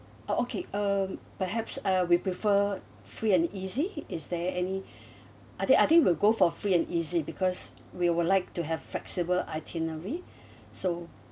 uh okay uh perhaps uh we prefer free and easy is there any I think I think will go for free and easy because we would like to have flexible itinerary so